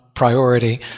priority